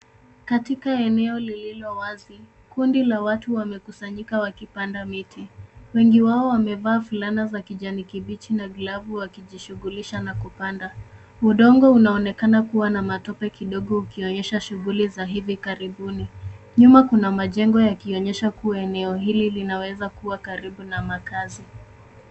Katika eneo lililo wazi, kundi la watu wamekusanyika wakipanda miti. Wengi wao wamevaa fulana za kijani kibichi na glavu wakijishughulisha na kupanda. Udongo unaonekana kuwa na matope kidogo ukionyesha shughuli za hivi karibuni. Nyuma kuna majengo yakionyesha kuwa eneo hili linaweza kuwa karibu na makazi.